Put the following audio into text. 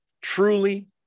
truly